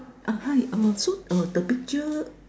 uh hi uh so uh the picture